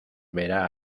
verá